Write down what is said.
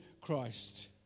Christ